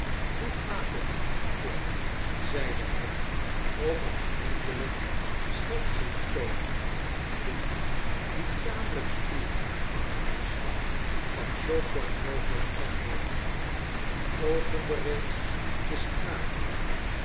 hoe gaat het kit zeide hij opeenvriendelijk schertsenden toon kit die tamelijk schuw van hem was gaf zoo kort mogelijk antwoord en opende reeds de straatdeur